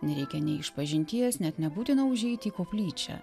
nereikia nei išpažinties net nebūtina užeiti į koplyčią